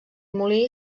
molí